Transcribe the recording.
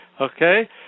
okay